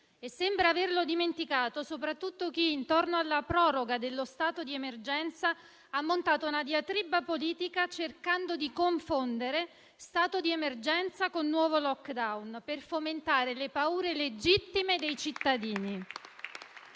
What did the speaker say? sembra averlo dimenticato soprattutto chi intorno alla proroga dello stato d'emergenza ha montato una diatriba politica, cercando di confondere stato d'emergenza con nuovo *lockdown*, per fomentare le paure legittime dei cittadini.